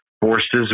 forces